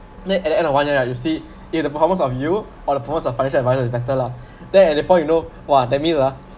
then at the end of one year ah you see is the performance of you or the performance of financial adviser is better lah then at report you know !wah! that's mean ah